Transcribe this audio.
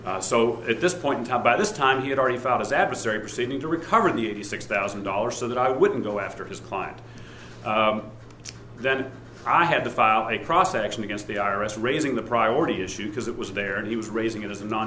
more so at this point in time by this time he had already found his adversary proceeding to recover the eighty six thousand dollars so that i wouldn't go after his client then i had to file a cross section against the i r s raising the priority issue because it was there and he was raising it is